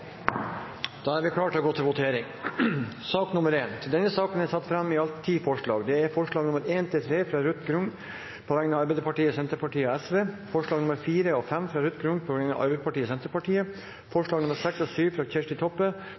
Da er Stortinget klar til å gå til votering. Under debatten er det satt fram i alt ti forslag. Det er forslagene nr. 1–3, fra Ruth Grung på vegne av Arbeiderpartiet, Senterpartiet og Sosialistisk Venstreparti forslagene nr. 4 og 5, fra Ruth Grung på vegne av Arbeiderpartiet og Senterpartiet forslagene nr. 6 og 7, fra Kjersti Toppe